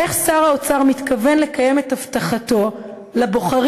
איך שר האוצר מתכוון לקיים את הבטחתו לבוחרים